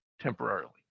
temporarily